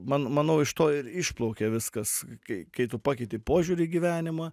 man manau iš to ir išplaukė viskas kai kai tu pakeiti požiūrį į gyvenimą